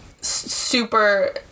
super